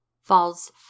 falls